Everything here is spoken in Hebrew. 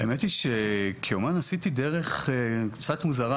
האמת היא שכאמן עשיתי דרך קצת מוזרה.